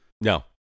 No